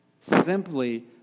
Simply